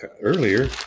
earlier